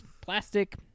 plastic